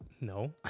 no